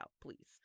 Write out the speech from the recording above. please